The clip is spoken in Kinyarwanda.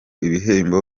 ibihembo